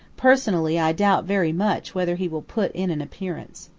personally i doubt very much whether he will put in an appearance.